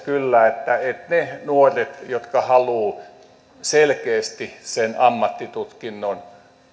kyllä että ne nuoret jotka haluavat selkeästi sen ammattitutkinnon